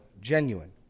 genuine